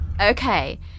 Okay